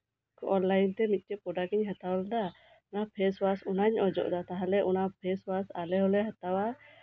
online ᱛᱮ product ᱤᱧ ᱦᱟᱛᱟᱣ ᱞᱮᱫᱟ ᱟᱨ ᱚᱱᱟ ᱯᱷᱮᱥ ᱳᱟᱥ ᱤᱧ ᱚᱡᱚᱜ ᱫᱟ ᱛᱟᱦᱞᱮ ᱚᱱᱟ ᱯᱷᱮᱥ ᱳᱟᱥ ᱟᱞᱮ ᱦᱚᱞᱮ ᱦᱟᱛᱟᱣᱟ